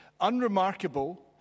unremarkable